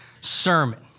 sermon